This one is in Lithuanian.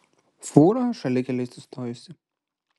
fūra šalikelėj sustojusi